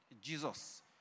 Jesus